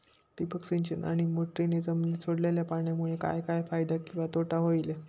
ठिबक सिंचन आणि मोटरीने जमिनीत सोडलेल्या पाण्यामुळे काय फायदा किंवा तोटा होईल?